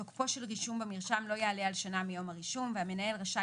5. תוקפו של רישום במרשם לא יעלה על שנה והמנהל רשאי